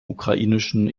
ukrainischen